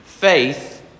faith